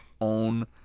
own